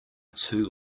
too